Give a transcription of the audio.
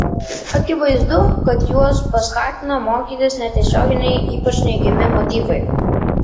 akivaizdu kad juos paskatina mokytis netiesioginiai ypač neigiami motyvai